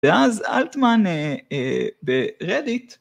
ואז אלטמאן ברדיט